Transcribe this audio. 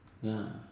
ya